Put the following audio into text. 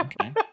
okay